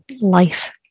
life